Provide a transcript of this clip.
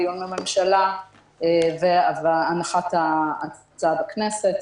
דיון בממשלה והנחת ההצעה בכנסת.